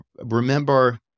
remember